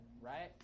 right